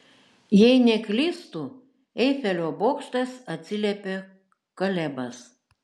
jei neklystu eifelio bokštas atsiliepė kalebas